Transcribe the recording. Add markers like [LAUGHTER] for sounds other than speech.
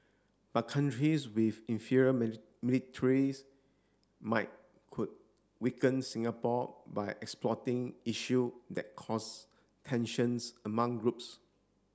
but countries with inferior [UNINTELLIGIBLE] might could weaken Singapore by exploiting issue that cause tensions among groups